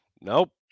Nope